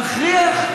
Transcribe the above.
שמכריח,